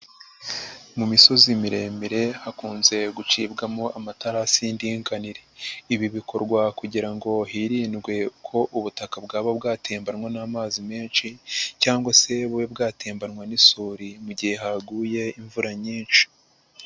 Mu misozi miremire hakunze gucibwamo amatarasi y'indinganire. Ibi bikorwa kugira ngo hirindwe ko ubutaka bwaba bwatembanwa n'amazi menshi cyangwa se bube bwatembanwa n'isuri mu gihe haguye imvura nyinshi.